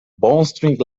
bowstring